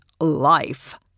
life